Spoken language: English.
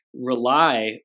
rely